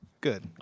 Good